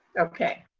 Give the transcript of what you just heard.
okay.